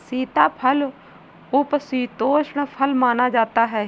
सीताफल उपशीतोष्ण फल माना जाता है